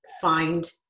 find